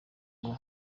ngo